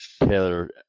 Taylor